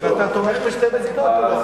ואתה תומך בשתי מדינות או לא?